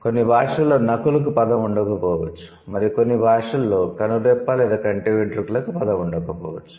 కొన్ని భాషలలో 'నకుల్" కు పదం ఉండకపోవచ్చు మరి కొన్ని భాషలలో 'కనురెప్ప లేదా కంటి వెంట్రుక'లకు పదం ఉండకపోవచ్చు